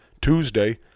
Tuesday